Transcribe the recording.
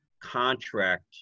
contract